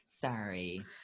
Sorry